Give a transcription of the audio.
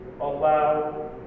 allow